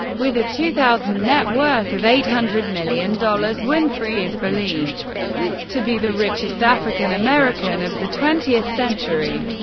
with a two thousand net worth of eight hundred million dollars, winfrey is believed to be the richest african american of the twentieth century.